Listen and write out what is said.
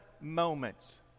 moments